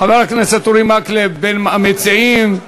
חבר הכנסת אורי מקלב, מן המציעים,